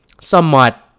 somewhat